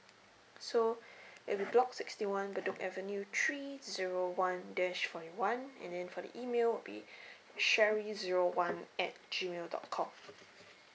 so it'll be block sixty one bedok avenue three zero one dash forty one and then for the email it'll be sherry zero one at G mail dot com